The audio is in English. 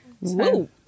Woo